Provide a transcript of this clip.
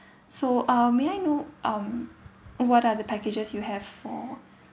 so uh may I know um what are the packages you have for